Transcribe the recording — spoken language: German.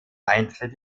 eintritt